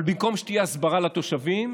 אבל במקום שתהיה הסברה לתושבים